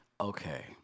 Okay